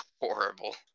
horrible